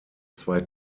zwei